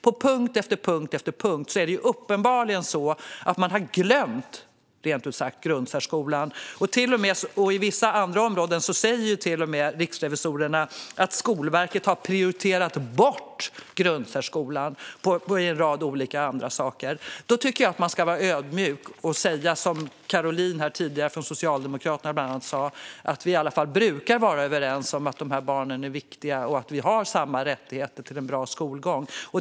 På punkt efter punkt har man uppenbarligen rent ut sagt glömt grundsärskolan. På vissa områden säger riksrevisorerna till och med att Skolverket har prioriterat bort grundsärskolan när det gäller en rad olika saker. Då tycker jag att man ska vara ödmjuk och som Caroline från Socialdemokraterna gjorde tidigare säga att vi i alla fall brukar vara överens om att dessa barn är viktiga och har samma rätt till en bra skolgång.